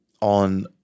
on